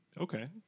Okay